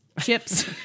chips